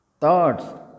thoughts